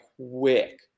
quick